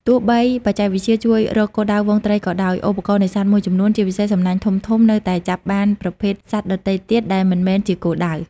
ទោះបីបច្ចេកវិទ្យាជួយរកគោលដៅហ្វូងត្រីក៏ដោយ ឧបករណ៍នេសាទមួយចំនួន ជាពិសេសសំណាញ់ធំៗ នៅតែចាប់បានប្រភេទសត្វដទៃទៀតដែលមិនមែនជាគោលដៅ។